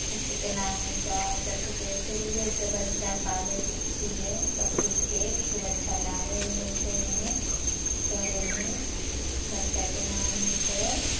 खस्सीके नाम हइ कथी कहै शुरुए से बच्चा पालै से छियै बकरीके खूब अच्छा लागै हइ देखयमे करयमे बच्चाके नाम हीकै